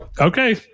okay